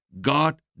God